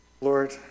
lord